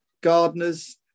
gardeners